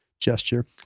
gesture